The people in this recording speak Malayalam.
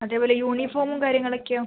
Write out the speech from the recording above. അതേപോലെ യൂണിഫോമും കാര്യങ്ങളൊക്കെയോ